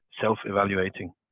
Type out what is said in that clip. self-evaluating